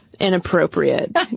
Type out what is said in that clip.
Inappropriate